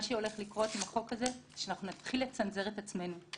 מה שהולך לקרות עם החוק הזה הוא שאנחנו נתחיל לצנזר את עצמנו.